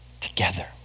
together